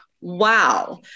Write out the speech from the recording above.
wow